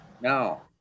now